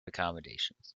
accommodations